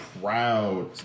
Proud